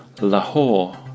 Lahore